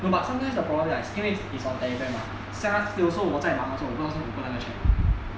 no but sometimes the problem like still it is on telegram ah set up 我在忙的时候我东西我不能够 check